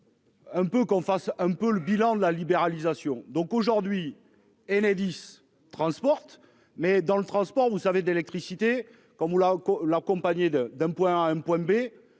Un peu qu'on fasse un peu le bilan de la libéralisation donc aujourd'hui. Enedis transporte mais dans le transport. Vous savez d'électricité comme la. Accompagner de d'un point à un point B.